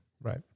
right